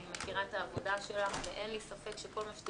אני מכירה את העבודה שלך ואין לי ספק שכל מה שאת